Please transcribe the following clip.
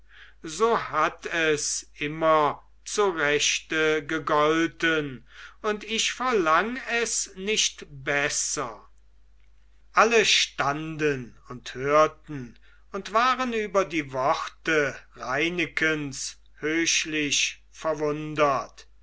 so hat es immer zu rechte gegolten und ich verlang es nicht besser alle standen und hörten und waren über die worte reinekens höchlich verwundert